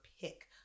pick